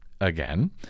again